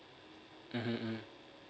mmhmm